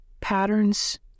patterns